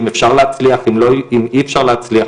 אם אפשר להצליח, אם אי אפשר להצליח.